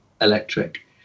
electric